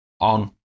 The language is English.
on